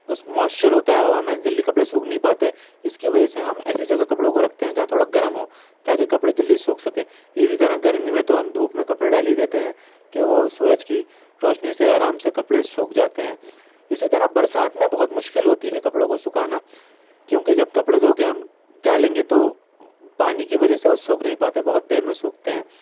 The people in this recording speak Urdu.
اس موسچر ہوتا ہے ہوا میں جلدی کپڑے سوکھ نہیں پاتے اس کی وجہ سے ہم ایسی جگہ کپڑوں کو رکھتے ہیں جہاں تھوڑا گرم ہو تاکہ کپڑے جلدی سوکھ سکیں اسی طرح گرمی میں تو ہم دھوپ میں کپڑے ڈال ہی دیتے ہیں کہ وہ سورج کی روشنی سے آرام سے کپڑے سوکھ جاتے ہیں اسی طرح برسات میں بہت مشکل ہوتی ہے کپڑوں کو سکھانا کیونکہ جب کپڑے دھو کے ہم ڈالیں گے تو پانی کی وجہ سے وہ سوکھ نہیں پاتے بہت دیر میں سوکھتے ہیں